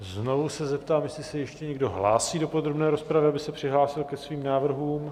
Znovu se zeptám, jestli se ještě někdo hlásí do podrobné rozpravy, aby se přihlásil ke svým návrhům.